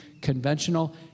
conventional